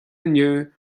inniu